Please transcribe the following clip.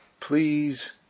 Please